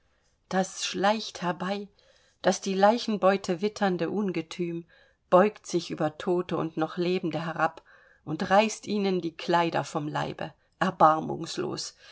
das schleicht herbei das die leichenbeute witternde ungetüm beugt sich über tote und noch lebende herab und reißt ihnen die kleider vom leibe erbarmungslos